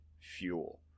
fuel